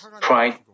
pride